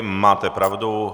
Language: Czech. Máte pravdu.